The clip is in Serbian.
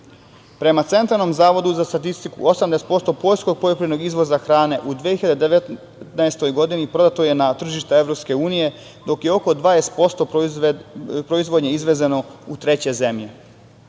Prema centralnom zavodu za statistiku 80% poljskog poljoprivrednog izvoza hrane u 2019. godini prodato je na tržište EU, dok je oko 20% proizvodnje izvezeno u treće zemlje. Da